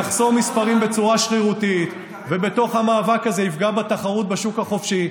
יחסום מספרים בצורה שרירותית ובתוך המאבק הזה יפגע בתחרות בשוק החופשי,